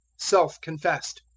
self-confessed.